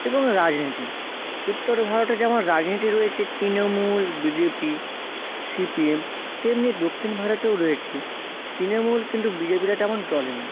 এবং রাজনীতি উত্তর ভারতে যেমন রাজনীতি রয়েছে তৃণমূল বিজেপি সিপিএম তেমনি দক্ষিণ ভারতেও রয়েছে তৃণমূল কিন্তু বিজেপিটা তেমন চলে না